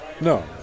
No